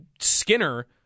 Skinner